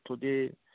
today